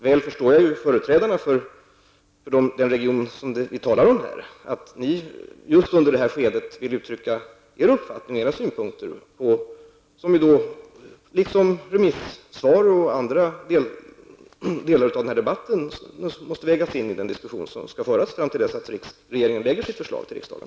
Jag förstår företrädarna för den region som vi talar om här. Jag förstår att ni just i detta skede vill uttrycka er uppfattning och era synpunkter. Dessa synpunkter och uppfattningar måste lika väl som remissvar och andra delar av den här debatten vägas in i den diskussion som skall föras tills regeringen lägger fram sitt förslag för riksdagen.